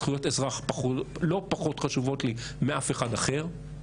זכויות אזרח לא פחות חשובות לי מאף אחד אחר.